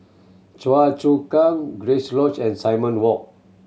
Choa Chu Kang Grace Lodge and Simon Walk